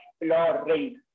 exploring